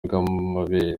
bw’amabere